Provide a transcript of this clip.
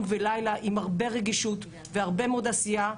ולילה עם הרבה רגישות והרבה מאוד עשייה,